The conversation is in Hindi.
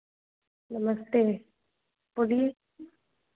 नमस्ते बोलिए